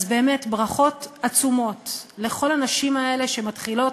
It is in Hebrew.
אז באמת, ברכות עצומות לכל הנשים האלה שמתחילות,